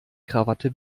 krawatte